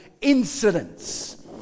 incidents